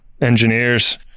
engineers